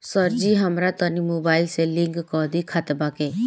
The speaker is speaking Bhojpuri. सरजी हमरा तनी मोबाइल से लिंक कदी खतबा के